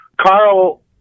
Carl